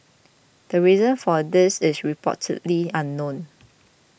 the reason for this is reportedly unknown